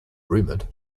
rumoured